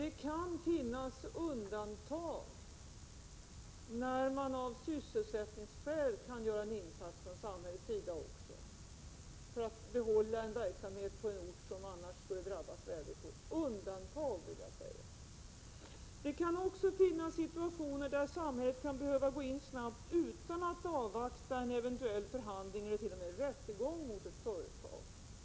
Det kan också finnas undantag, när man av sysselsättningsskäl kan göra en insats från samhällets sida för att behålla en verksamhet på en ort som annars skulle drabbas väldigt hårt. Men jag vill poängtera att det rör sig om undantag. Det kan också finnas situationer där samhället kan behöva gå in snabbt utan att avvakta en eventuell förhandling ellert.o.m. rättegång mot ett företag.